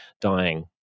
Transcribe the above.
dying